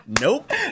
nope